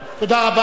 תודה רבה.